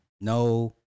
no